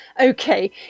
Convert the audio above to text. Okay